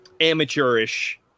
amateurish